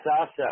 Sasha